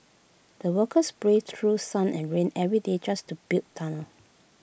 the workers braved through sun and rain every day just to build tunnel